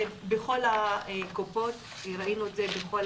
ובכל הקופות ראינו את זה בכל